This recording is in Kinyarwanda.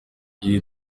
iri